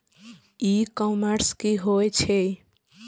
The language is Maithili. ई कॉमर्स की होय छेय?